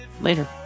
Later